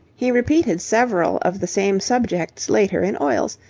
he repeated several of the same subjects later in oils,